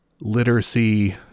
Literacy